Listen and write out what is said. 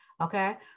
okay